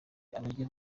abagira